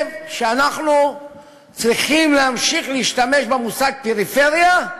חושב שאנחנו צריכים להמשיך להשתמש במושג פריפריה,